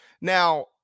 Now